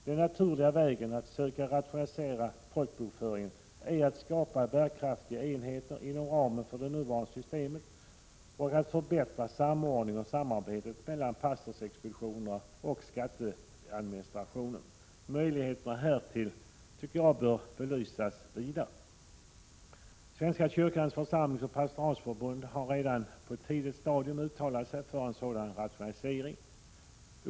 Den naturliga vägen att söka rationalisera folkbokföringen är att skapa bärkraftiga enheter inom ramen för det nuvarande systemet och förbättra samordningen och samarbetet mellan pastorsexpeditionerna och skatteadministrationen. Möjligheterna härtill bör belysas ytterligare. Svenska kyrkans församlingsoch pastoratsförbund har redan på ett tidigt stadium uttalat sig för en sådan rationalisering.